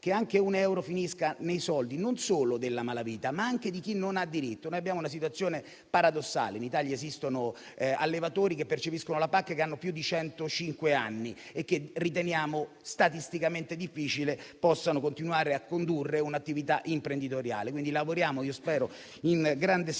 che anche un euro finisca nelle tasche non solo della malavita, ma anche di chi non ne ha diritto. C'è una situazione paradossale, in Italia, per cui esistono allevatori che percepiscono la PAC che hanno più di centocinque anni e che riteniamo statisticamente difficile possano continuare a condurre un'attività imprenditoriale. Lavoriamo quindi in grande sintonia